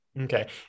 Okay